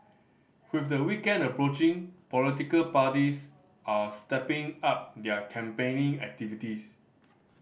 with the weekend approaching political parties are stepping up their campaigning activities